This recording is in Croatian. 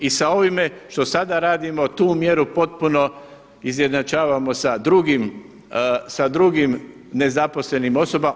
I sa ovime što sada radimo tu mjeru potpuno izjednačavamo sa drugim, sa drugim nezaposlenim osobama.